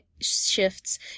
shifts